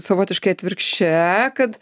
savotiškai atvirkščia kad